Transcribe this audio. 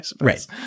Right